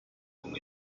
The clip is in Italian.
con